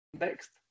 next